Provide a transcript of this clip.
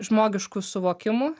žmogišku suvokimu